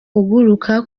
uguruka